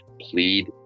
plead